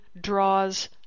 draws